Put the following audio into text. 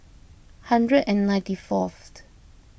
hundred and ninety fourth